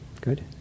good